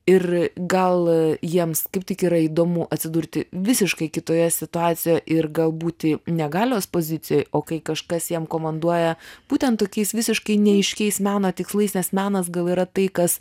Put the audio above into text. ir gal jiems kaip tik yra įdomu atsidurti visiškai kitoje situacijoje ir galbūt ne galios pozicijoje o kai kažkas jam komanduoja būtent tokiais visiškai neaiškiais meno tikslais nes menas gal yra tai kas